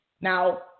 Now